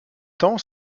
temps